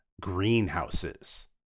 Greenhouses